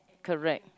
correct